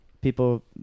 people